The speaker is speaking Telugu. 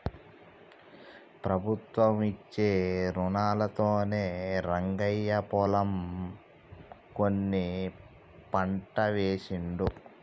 ప్రభుత్వం ఇచ్చే రుణాలతోనే రంగయ్య పొలం కొని పంట వేశిండు